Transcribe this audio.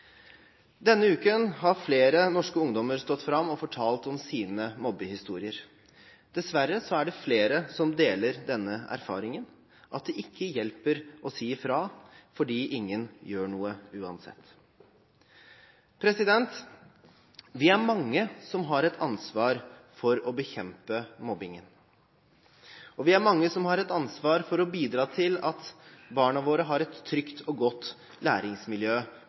Denne uken har flere norske ungdommer stått fram og fortalt om sine mobbehistorier. Dessverre er det flere som deler denne erfaringen, at det ikke hjelper å si fra, fordi ingen gjør noe uansett. Vi er mange som har et ansvar for å bekjempe mobbingen, og vi er mange som har et ansvar for å bidra til at barna våre har et trygt og godt læringsmiljø